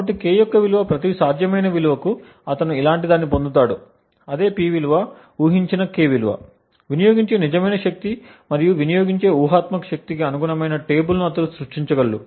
కాబట్టి K యొక్క ప్రతి సాధ్యమైన విలువకు అతను ఇలాంటి దాన్ని పొందుతాడు అదే P విలువ ఊహించిన K విలువ వినియోగించే నిజమైన శక్తి మరియు వినియోగించే ఊహాత్మక శక్తికి అనుగుణమైన టేబుల్ను అతను సృష్టించగలడు